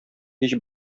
һич